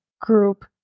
group